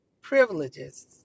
privileges